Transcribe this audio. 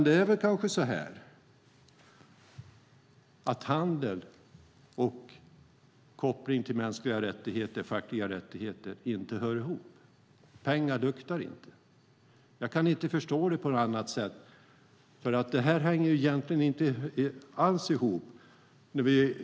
Det är kanske så här att handel och kopplingen till mänskliga rättigheter och fackliga rättigheter inte hör ihop. Pengar luktar inte. Jag kan inte förstå det på något annat sätt, för det här hänger egentligen inte alls ihop.